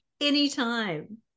Anytime